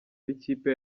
b’ikipe